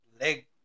leg